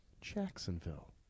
Jacksonville